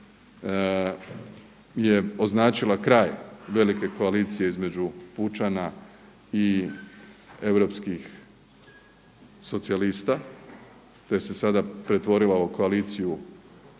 je označila kraj velike koalicije između pučana i europskih socijalista te se sada pretvorila u koaliciju